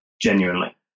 genuinely